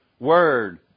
Word